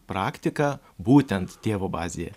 praktiką būtent tėvo bazėje